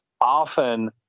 often